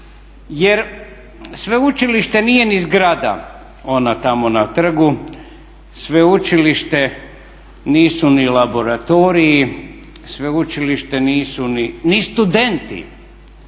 Jer sveučilište nije ni zgrada ona tamo na trgu, sveučilište nisu ni laboratoriji, sveučilište nisu ni studenti,